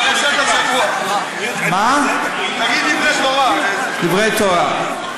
פרשת השבוע, תגיד דברי תורה, דברי תורה.